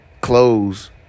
Clothes